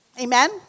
Amen